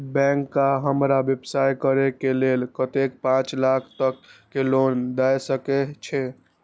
Bank का हमरा व्यवसाय करें के लेल कतेक पाँच लाख तक के लोन दाय सके छे?